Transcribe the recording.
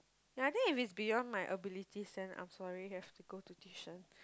ya I think it's beyond my ability sense ah sorry I have to go to tuition